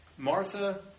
Martha